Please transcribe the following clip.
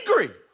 angry